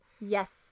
Yes